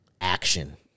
action